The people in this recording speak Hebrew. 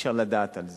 אי-אפשר לדעת על זה.